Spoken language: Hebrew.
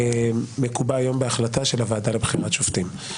מקובע היום בהחלטה של הוועדה לבחירת שופטים.